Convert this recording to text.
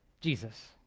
Jesus